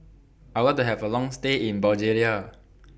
I Would like to Have A Long stay in Bulgaria